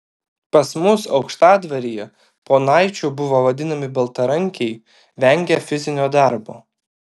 pas mus aukštadvaryje ponaičiu buvo vadinami baltarankiai vengią fizinio darbo